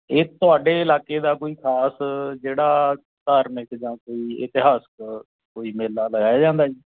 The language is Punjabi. ਇਹ ਤੁਹਾਡੇ ਇਲਾਕੇ ਦਾ ਕੋਈ ਖਾਸ ਜਿਹੜਾ ਧਾਰਮਿਕ ਜਾਂ ਕੋਈ ਇਤਿਹਾਸਕ ਕੋਈ ਮੇਲਾ ਲਗਾਇਆ ਜਾਂਦਾ ਜੀ